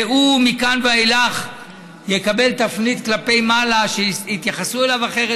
והוא מכאן ואילך יקבל תפנית כלפי מעלה ויתייחסו אליו אחרת,